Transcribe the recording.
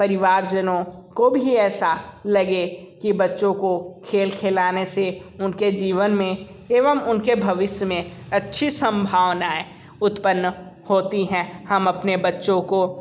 परिवारजनों को भी ऐसा लगे कि बच्चों को खेल खिलाने से उन के जीवन में एवं उन के भविष्य में अच्छी संभावनाएं उत्पन्न होती है हम अपने बच्चों को